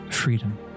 Freedom